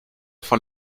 von